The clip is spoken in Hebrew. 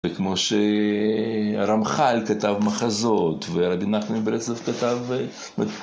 וכמו שרמח"ל כתב מחזות, ורבי נחמן מברסלב כתב...